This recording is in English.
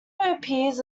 appears